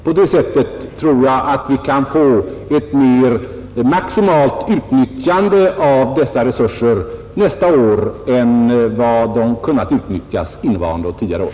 På det sättet tror jag att vi kan få ett mer maximalt utnyttjande av dessa resurser nästa år än vi haft möjlighet till under innevarande och tidigare år.